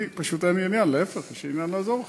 פשוט אין לי עניין, להפך, יש לי עניין לעזור לכם.